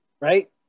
right